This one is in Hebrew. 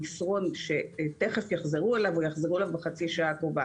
מסרון שאומר שיחזרו אליו מיד או בחצי השעה הקרובה.